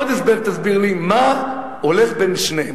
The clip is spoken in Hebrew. עוד הסבר תסביר לי: מה הולך בין שניהם?